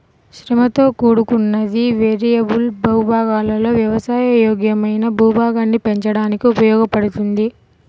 శ్రమతో కూడుకున్నది, వేరియబుల్ భూభాగాలలో వ్యవసాయ యోగ్యమైన భూభాగాన్ని పెంచడానికి ఉపయోగించబడింది